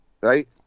right